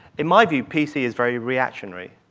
in my view, p c. is very reactionary.